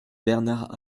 bernard